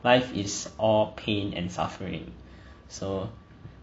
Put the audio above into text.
life is all pain and suffering so